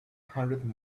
hundred